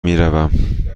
میروم